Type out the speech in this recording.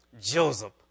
Joseph